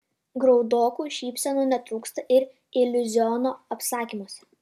graudokų šypsenų netrūksta ir iliuziono apsakymuose